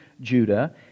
Judah